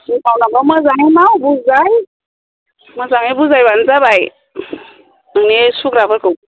जि मावनांगौ मोजाङै माव बुजाय मोजाङै बुजायब्लानो जाबाय नोंनि सुग्राफोरखौ